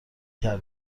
کرده